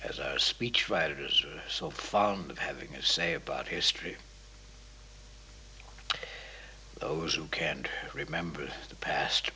as a speech writers are so fond of having a say about history of those who can't remember the past